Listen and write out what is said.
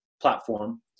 platform